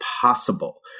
possible